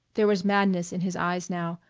there was madness in his eyes now,